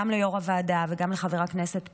גם ליו"ר הוועדה וגם לחבר הכנסת פינדרוס,